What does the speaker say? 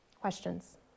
Questions